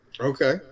Okay